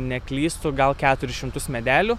neklystu gal keturis šimtus medelių